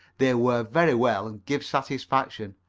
they wear very well and give satisfaction.